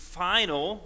final